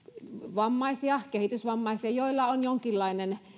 vammaisia kehitysvammaisia joilla on jonkinlainen